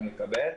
אני מקבל.